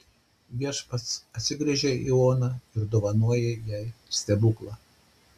viešpats atsigręžia į oną ir dovanoja jai stebuklą